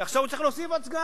כי עכשיו הוא צריך להוסיף סגן,